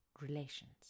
relations